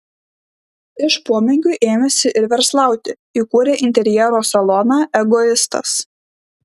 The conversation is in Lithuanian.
iš pomėgių ėmėsi ir verslauti įkūrė interjero saloną egoistas